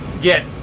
get